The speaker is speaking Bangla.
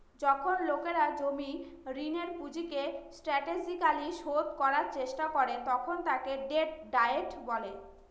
যখন লোকেরা জমির ঋণের পুঁজিকে স্ট্র্যাটেজিকালি শোধ করার চেষ্টা করে তখন তাকে ডেট ডায়েট বলে